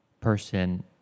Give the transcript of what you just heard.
person